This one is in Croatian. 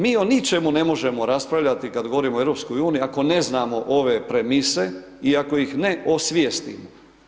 Mi o ničemu ne možemo raspravljati kada govorimo o EU, ako ne znam ove premise i ako ih ne osvijestim.